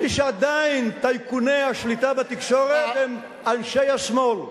מי שעדיין טייקוני השליטה בתקשורת הם אנשי השמאל.